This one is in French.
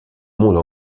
monde